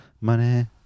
Money